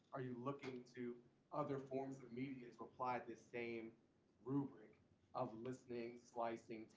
are you looking to other forms of media apply the same rubric of listening, slicing,